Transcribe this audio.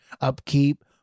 upkeep